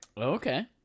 Okay